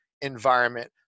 environment